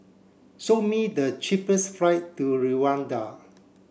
show me the cheapest flight to Rwanda